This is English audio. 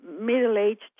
middle-aged